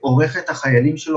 התגבור של מערכת הבריאות הוא